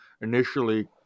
initially